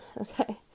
Okay